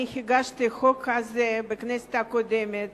אני הגשתי את הצעת החוק הזאת בכנסת הקודמת